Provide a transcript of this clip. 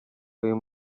uyu